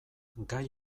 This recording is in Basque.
gai